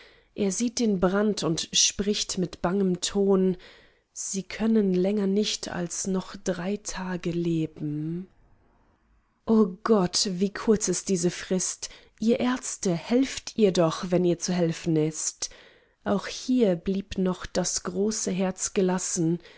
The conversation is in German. er sieht den brand und spricht mit bangem ton sie können länger nicht als noch drei tage leben o gott wie kurz ist diese frist ihr ärzte helft ihr doch wenn ihr zu helfen ist auch hier blieb noch das große herz gelassen